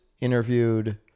interviewed